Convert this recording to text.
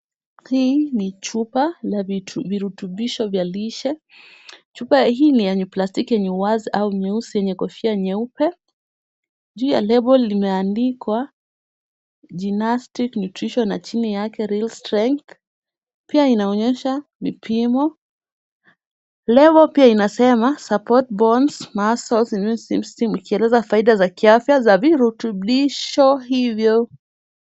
Hii ni chupa la virutubisho vya lishe. Chupa hii ni yenye plastiki yenye wazi au nyeusi yenye kofia nyeupe, Juu ya label limeandikwa gymnastic nutrition na chini yake real strength . Pia inaonyesha vipimo. Lebo pia inasema support bones muscles immune system ikieleza faida za kiafya za virutubisho hivyo.